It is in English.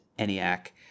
ENIAC